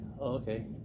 okay